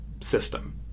system